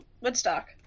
Woodstock